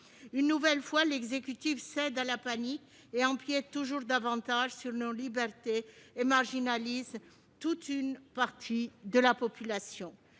Une nouvelle fois, l'exécutif cède à la panique et empiète toujours davantage sur nos libertés, marginalisant ainsi toute une partie de la population.